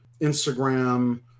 Instagram